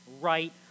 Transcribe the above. right